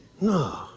no